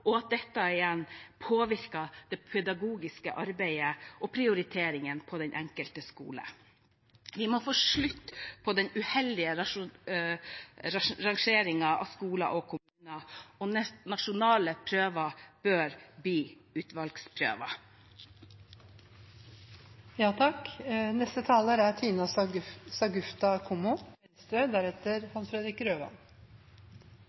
og at dette igjen påvirker det pedagogiske arbeidet og prioriteringene på den enkelte skole. Vi må få slutt på den uheldige rangeringen av skoler og kommuner, og nasjonale prøver bør bli utvalgsprøver. Det er i skolen vi får utdannelse og mulighet til en bedre framtid. Det er